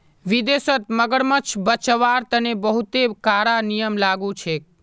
विदेशत मगरमच्छ बचव्वार तने बहुते कारा नियम लागू छेक